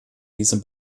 diesem